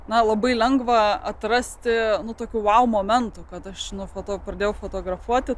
na labai lengva atrasti nu tokių vau momentų kad aš nuo foto pradėjau fotografuoti